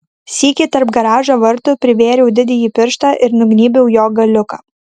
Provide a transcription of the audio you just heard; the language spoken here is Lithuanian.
sykį tarp garažo vartų privėriau didįjį pirštą ir nugnybiau jo galiuką